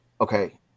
okay